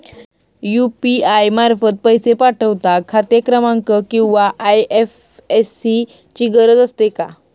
UPI मार्फत पैसे पाठवता खाते क्रमांक किंवा आय.एफ.एस.सी ची गरज असते का?